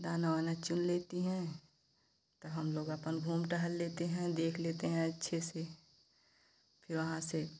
दाना वाना चुन लेती हैं और हम लोग अपन घूम टहल लेते हैं देख लेते हैं अच्छे से फिर वहाँ से